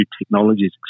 technologies